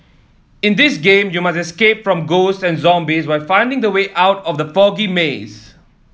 in this game you must escape from ghosts and zombies while finding the way out of the foggy maze